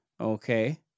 okay